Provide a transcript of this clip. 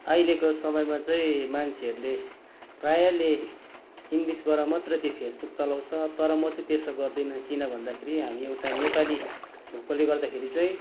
अहिलेको समयमा चाहिँ मान्छेहरूले प्राय ले इङलिसबाट मात्रै त्यो फेसबुक चलाउँछ तर म चाहिँ त्यसो गर्दिनँ किन भन्दाखेरि हामी एउटा नेपाली भएकले गर्दाखेरि चाहिँ